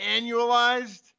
annualized